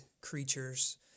creatures